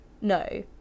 no